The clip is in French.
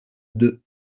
deux